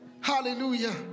hallelujah